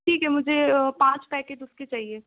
ٹھیک ہے مجھے پانچ پیکٹ اُس کے چاہیے